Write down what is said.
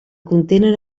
contenen